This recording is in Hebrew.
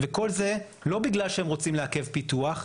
וכל זה לא בגלל שהם רוצים לעכב פיתוח,